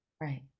Right